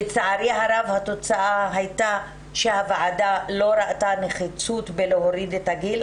לצערי הרב התוצאה הייתה שהוועדה לא ראתה נחיצות בלהוריד את הגיל.